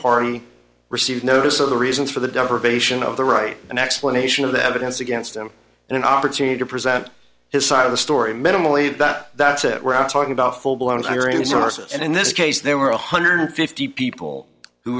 party received notice of the reasons for the deprivation of the right an explanation of the evidence against them and an opportunity to present his side of the story minimally that that's it we're not talking about full blown tyrion sources and in this case there were one hundred fifty people who